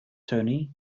tony